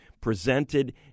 presented